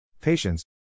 Patience